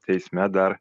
teisme dar